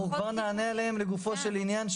אנחנו כבר נענה עליהן לגופו של עניין,